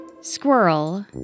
Squirrel